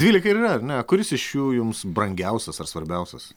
dvylika ir yra ar ne kuris iš jų jums brangiausias ar svarbiausias